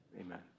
Amen